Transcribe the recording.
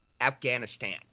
Afghanistan